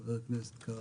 חבר הכנסת קרעי.